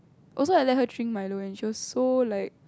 also I let her drink Milo and she was so like